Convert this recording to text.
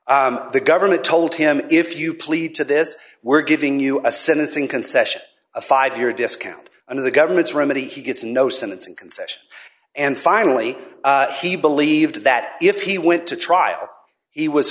the government told him if you plead to this we're giving you a sentencing concession a five year discount under the government's remedy he gets no sentencing concession and finally he believed that if he went to trial he was